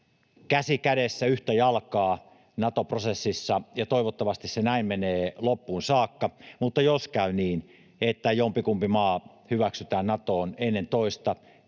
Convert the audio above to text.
käsi kädessä, yhtä jalkaa Nato-prosessissa, ja toivottavasti se näin menee loppuun saakka, mutta jos käy niin, että jompikumpi maa hyväksytään Natoon ennen toista,